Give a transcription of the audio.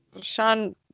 Sean